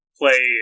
play